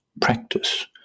practice